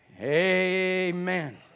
Amen